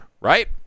right